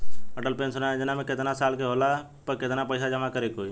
Atal pension योजना मे केतना साल के होला पर केतना पईसा जमा करे के होई?